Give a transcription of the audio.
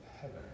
heaven